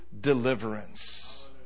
deliverance